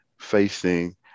facing